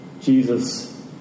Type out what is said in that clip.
Jesus